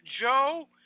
Joe